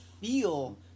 feel